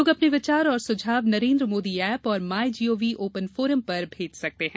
लोग अपने विचार और सुझाव नरेन्द्र मोदी एप और माय जीओवी ओपन फोरम पर भेज सकते हैं